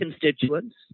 constituents